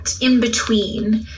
in-between